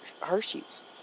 hershey's